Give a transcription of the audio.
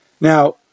Now